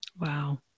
Wow